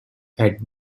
add